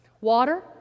Water